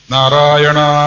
Narayana